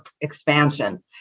expansion